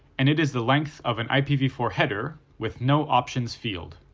and it is the length of an i p v four header with no options field.